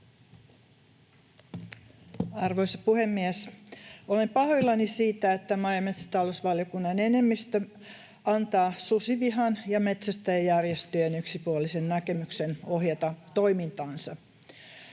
Arvoisa puhemies! Olen pahoillani siitä, että maa- ja metsätalousvaliokunnan enemmistö antaa susivihan ja metsästäjäjärjestöjen yksipuolisen näkemyksen ohjata toimintaansa.